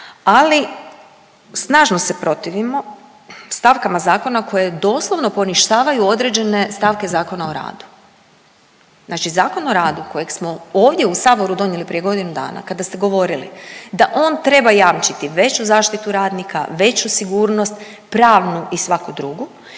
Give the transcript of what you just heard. ali snažno se protivimo stavkama zakona koje doslovno poništavaju određene stavke Zakona o radu. Znači Zakon o radu kojeg smo ovdje u Saboru donijeli prije godinu dana, kada ste govorili da on treba jamčiti veću zaštitu radnika, veću sigurnost pravnu i svaku drugu,